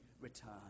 return